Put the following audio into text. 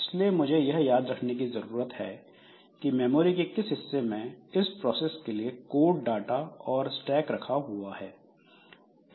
इसलिए मुझे यह याद रखने की जरूरत है की मेमोरी के किस हिस्से में इस प्रोसेस के लिए कोड डाटा और स्टैक रखा हुआ है